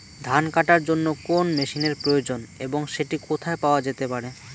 ধান কাটার জন্য কোন মেশিনের প্রয়োজন এবং সেটি কোথায় পাওয়া যেতে পারে?